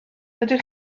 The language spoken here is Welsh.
ydych